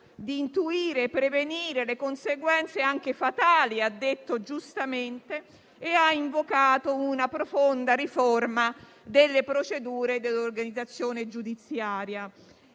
di intuire e prevenire le conseguenze anche fatali, e ha invocato una profonda riforma delle procedure e dell'organizzazione giudiziaria.